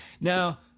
Now